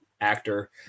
actor